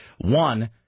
One